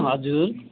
हजुर